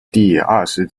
第二十